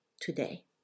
today